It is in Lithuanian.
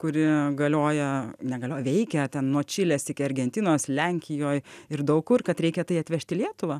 kuri galioja negalioja veikia ten nuo čilės iki argentinos lenkijoj ir daug kur kad reikia tai atvežt į lietuvą